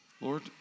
Lord